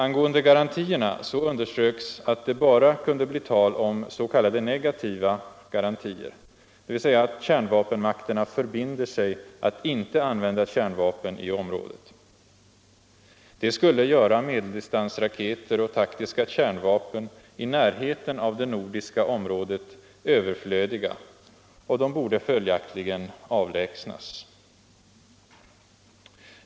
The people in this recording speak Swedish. Angående garantierna underströks att det bara kunde bli tal om s.k. negativa garantier, dvs. att kärnvapenmakterna förbinder sig att inte använda kärnvapen i området. Det skulle göra medeldistansraketer och taktiska kärnvapen i närheten av det nordiska området överflödiga, och de borde följaktligen avlägsnas.